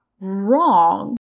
wrong